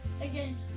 again